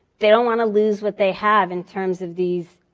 they don't want to lose what they have in terms of these